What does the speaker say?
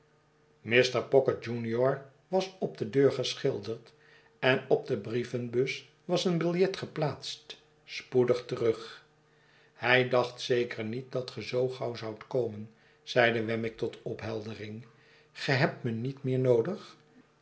mr pocket junior was op de deur geschilderd en op de brievenbus was een biljet geplaatst spoedig terug hij dacht zeker niet dat ge zoo gauw zoudt komen zeide wemmick tot opheldering ge hebt me niet meer noodig